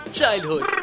Childhood